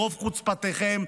ברוב חוצפתכם,